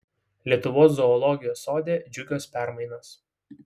lietuvos zoologijos sode džiugios permainos